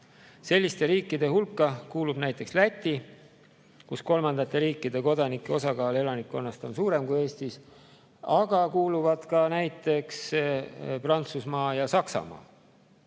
Selliste riikide hulka kuulub Läti, kus kolmandate riikide kodanike osakaal elanikkonnas on suurem kui Eestis, aga kuuluvad näiteks ka Prantsusmaa ja Saksamaa.